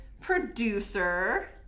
producer